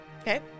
Okay